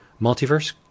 multiverse